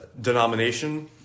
denomination